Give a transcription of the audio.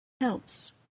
helps